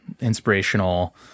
inspirational